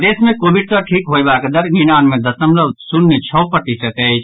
प्रदेश मे कोविड सँ ठीक होयबाक दर निनानबे दशमलव शून्य छओ प्रतिशत अछि